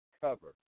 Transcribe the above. cover